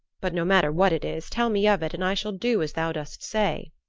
but no matter what it is, tell me of it and i shall do as thou dost say.